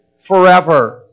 forever